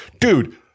Dude